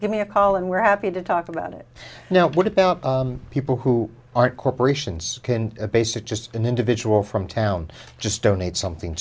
give me a call and we're happy to talk about it now what about people who aren't corporations can a basic just an individual from town just donate something